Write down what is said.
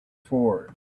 for